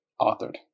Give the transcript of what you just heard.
authored